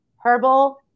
herbal